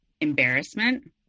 embarrassment